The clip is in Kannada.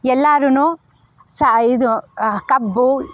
ಎಲ್ಲರೂ ಸಹ ಇದು ಕಬ್ಬು